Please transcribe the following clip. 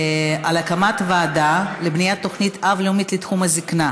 להקמת ועדה לבניית תוכנית אב לאומית לתחום הזקנה.